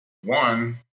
one